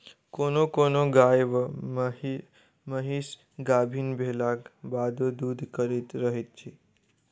कोनो कोनो गाय वा महीस गाभीन भेलाक बादो दूध करैत रहैत छै